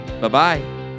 Bye-bye